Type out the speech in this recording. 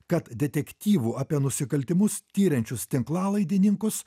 kad detektyvų apie nusikaltimus tiriančius tinklalaidininkus